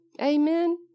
Amen